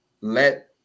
let